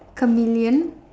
chameleon